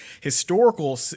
historical